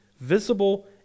visible